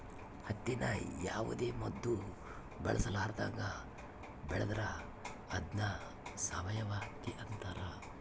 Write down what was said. ಹತ್ತಿನ ಯಾವುದೇ ಮದ್ದು ಬಳಸರ್ಲಾದಂಗ ಬೆಳೆದ್ರ ಅದ್ನ ಸಾವಯವ ಹತ್ತಿ ಅಂತಾರ